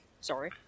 sorry